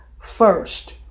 first